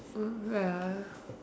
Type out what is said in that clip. oh ya